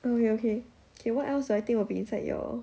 okay okay okay what else do I think will be inside your